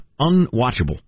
unwatchable